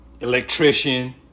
electrician